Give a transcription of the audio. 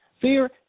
Fear